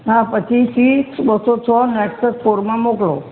હા પછી સી બસો છ નેક્સસ ફોરમાં મોકલો